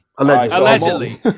Allegedly